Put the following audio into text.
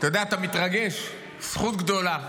אתה יודע, אתה מתרגש, זכות גדולה.